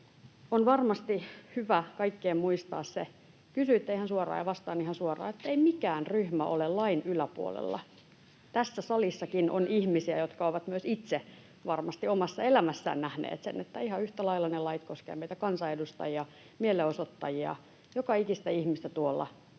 ja vastaan ihan suoraan — että ei mikään ryhmä ole lain yläpuolella. Tässä salissakin on ihmisiä, jotka ovat myös itse varmasti omassa elämässään nähneet sen, että ihan yhtä lailla ne lait koskevat meitä kansanedustajia, mielenosoittajia, joka ikistä ihmistä tuolla